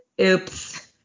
oops